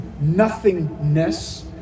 nothingness